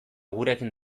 gurekin